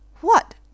What